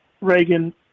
reagan